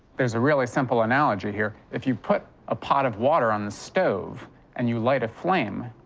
there's a really simple analogy here. if you put a pot of water on the stove and you light a flame,